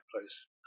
place